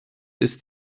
ist